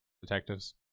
detectives